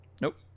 Nope